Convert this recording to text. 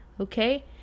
Okay